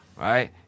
Right